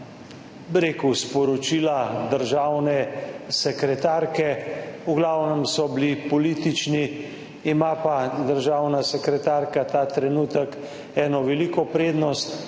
na sporočila državne sekretarke. V glavnem so bili politični. Ima pa državna sekretarka ta trenutek eno veliko prednost,